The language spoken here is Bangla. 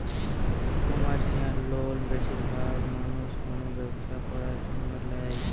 কমার্শিয়াল লোন বেশিরভাগ মানুষ কোনো ব্যবসা করার জন্য ল্যায়